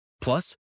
Plus